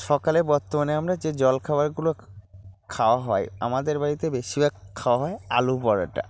সকালে বর্তমানে আমরা যে জলখাবারগুলো খাওয়া হয় আমাদের বাড়িতে বেশিরভাগ খাওয়া হয় আলু পরোটা